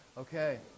Okay